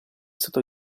stato